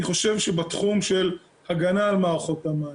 אני חושב שבתחום של הגנה על מערכות המים,